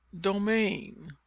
domain